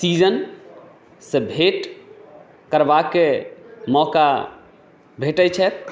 सीजनसँ भेँट करबाके मौका भेटै छथि